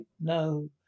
no